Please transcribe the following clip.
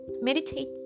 meditate